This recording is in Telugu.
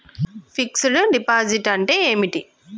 ఫిక్స్ డ్ డిపాజిట్ అంటే ఏమిటి?